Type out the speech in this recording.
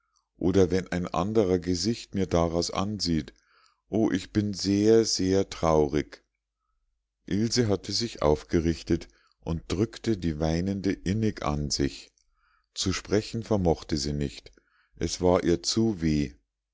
oder wenn ein anderer gesicht mir daraus ansieht o ich bin sehr sehr traurig ilse hatte sich aufgerichtet und drückte die weinende innig an sich zu sprechen vermochte sie nicht es war ihr zu weh